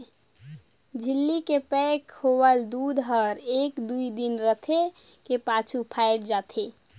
झिल्ली के पैक होवल दूद हर एक दुइ दिन रहें के पाछू फ़ायट जाथे